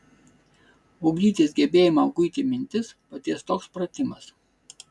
ugdytis gebėjimą guiti mintis padės toks pratimas